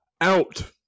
out